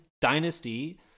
Dynasty